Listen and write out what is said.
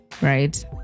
right